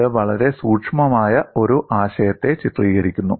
ഇത് വളരെ സൂക്ഷ്മമായ ഒരു ആശയത്തെ ചിത്രീകരിക്കുന്നു